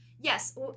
Yes